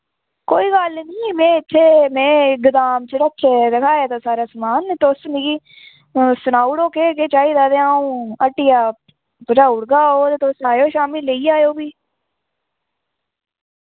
कोई गल्ल नी मैं इत्थे मैं गोदाम च रक्खे दे रखाए दा सारा समान तुस मिगी सनाऊड़ो केह् केह् चाहिदा ते आऊं हट्टिया भजाउड़गा ओ ते तुस आयो शाम्मी लेई जायो फ्ही